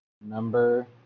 number